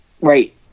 Right